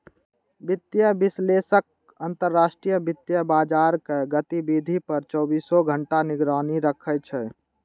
वित्तीय विश्लेषक अंतरराष्ट्रीय वित्तीय बाजारक गतिविधि पर चौबीसों घंटा निगरानी राखै छै